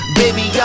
baby